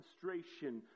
demonstration